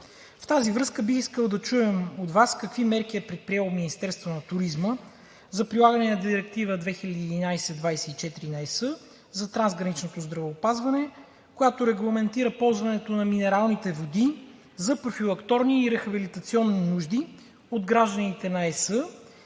В тази връзка бих искал да чуем от Вас какви мерки е предприело Министерството на туризма за прилагане на Директива 2011/24 на ЕС за трансграничното здравеопазване, която регламентира ползването на минералните води за профилакторни и рехабилитационни нужди от гражданите на ЕС